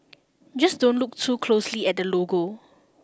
just don't look too closely at the logo